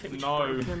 No